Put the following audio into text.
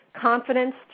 confidence